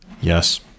Yes